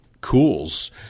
cools